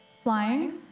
flying